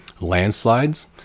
landslides